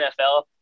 NFL